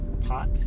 pot